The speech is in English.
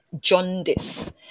jaundice